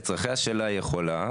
לצרכיה שלה היא יכולה.